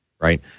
right